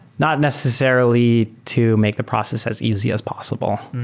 not necessarily to make the process as easy as possible,